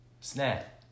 Snap